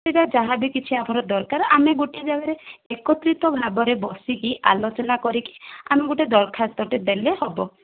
ସେହିଟା ଯାହାବି କିଛି ଆମର ଦରକାର ଆମେ ଗୋଟିଏ ଯାଗାରେ ଏକତ୍ରିତ ଭାବରେ ବସିକି ଆଲୋଚନା କରିକି ଆମେ ଗୋଟିଏ ଦରଖାସ୍ତଟେ ଦେଲେ ହେବ